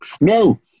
No